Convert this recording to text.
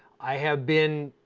i have been,